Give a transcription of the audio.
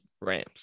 Rams